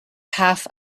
half